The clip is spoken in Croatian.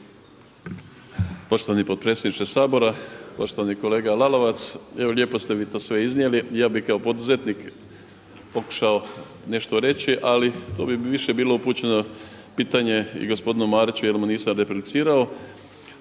Poštovani potpredsjedniče Sabora, poštovani kolega Lalovac. Evo lijepo ste vi to sve iznijeli. Ja bih kao poduzetnik pokušao nešto reći, ali to bi više bilo upućeno pitanje i gospodinu Mariću jer mu nisam replicirao.